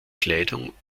kleidung